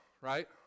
right